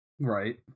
right